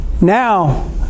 Now